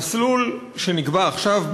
המסלול שנקבע עכשיו,